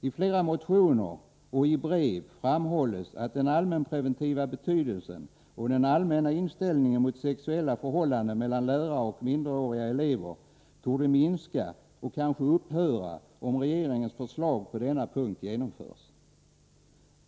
I flera motioner och i brev framhålls att den allmänpreventiva betydelsen och den allmänna inställningen mot sexuella förhållanden mellan lärare och minderåriga elever torde minska och kanske upphöra, om regeringens förslag på denna punkt genomförs.